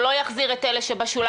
הוא לא יחזיר את אלה שבשוליים,